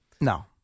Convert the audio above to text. no